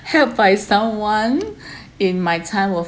helped by someone in my time of